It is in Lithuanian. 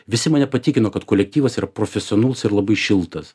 visi mane patikino kad kolektyvas yra profesionalus ir labai šiltas